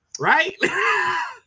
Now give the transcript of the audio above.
right